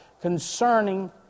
concerning